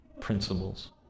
principles